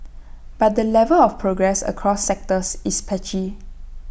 but the level of progress across sectors is patchy